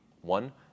one